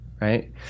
Right